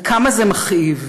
וכמה זה מכאיב